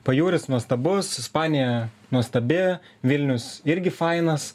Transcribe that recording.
pajūris nuostabus ispanija nuostabi vilnius irgi fainas